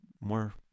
more